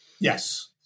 Yes